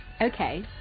Okay